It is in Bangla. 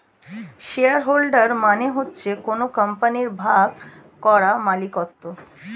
শেয়ার হোল্ডার মানে হচ্ছে কোন কোম্পানির ভাগ করা মালিকত্ব